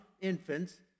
infants